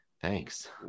Thanks